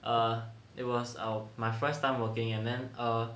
err it was my first time working and then err